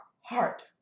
heart